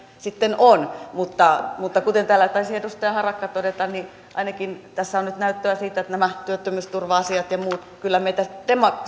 sitten on mutta mutta kuten täällä taisi edustaja harakka todeta niin ainakin tässä on nyt näyttöä siitä että nämä työttömyysturva asiat ja muut kyllä meitä